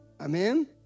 Amen